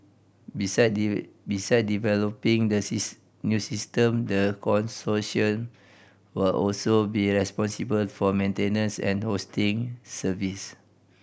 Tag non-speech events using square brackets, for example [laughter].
beside [unintelligible] beside developing the [unintelligible] new system the consortium will also be responsible for maintenance and hosting service